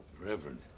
Reverend